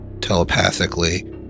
telepathically